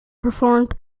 performed